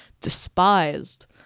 despised